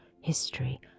history